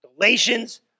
Galatians